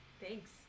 Thanks